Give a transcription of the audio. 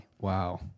Wow